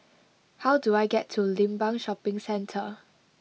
how do I get to Limbang Shopping Centre